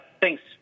thanks